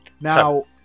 Now